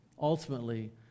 ultimately